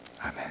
Amen